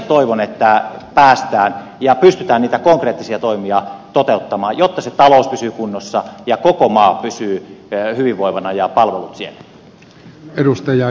toivon että näissä päästään ja pystytään niitä konkreettisia toimia toteuttamaan jotta se talous pysyy kunnossa ja koko maa pysyy hyvinvoivana ja palvelut siellä